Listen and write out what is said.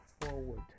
forward